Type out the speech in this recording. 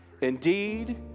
Indeed